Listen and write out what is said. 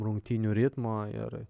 rungtynių ritmo ir